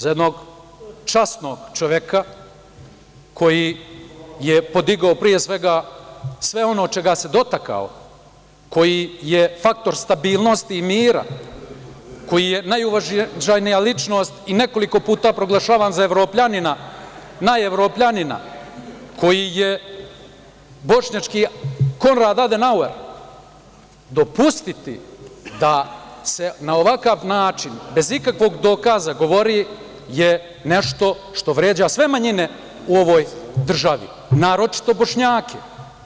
Za jednog časnog čoveka, koji je podigao sve ono čega se dotakao, koji je faktor stabilnosti i mira, koji je najuvaženija ličnost i nekoliko puta proglašavan za najevropljanina, koji je bošnjački Konrad Adenauer, dopustiti da se na ovakav način, bez ikakvog dokaza, govori je nešto što vređa sve manjine u ovoj državi, a naročito Bošnjake.